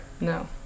No